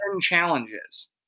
challenges